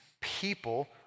people